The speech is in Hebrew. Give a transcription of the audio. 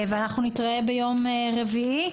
אנחנו נתראה ביום רביעי,